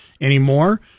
anymore